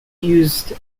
used